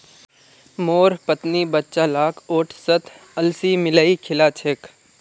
मोर पत्नी बच्चा लाक ओट्सत अलसी मिलइ खिला छेक